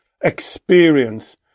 experience